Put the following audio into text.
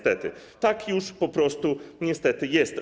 Tak już po prostu niestety jest.